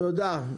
תודה.